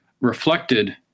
reflected